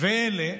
ואלה